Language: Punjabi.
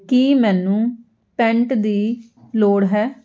ਕੀ ਮੈਨੂੰ ਪੈਂਟ ਦੀ ਲੋੜ ਹੈ